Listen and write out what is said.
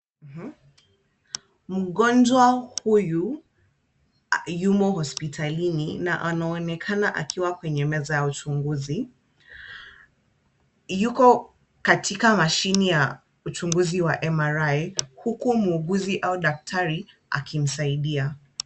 Mgonjwa huyu yumo hospitalini na anaonekana akiwa kwenye meza ya uchunguzi. Yuko katika mashine ya uchunguzi wa MRI, huku muuguzi au daktari akimsaidia.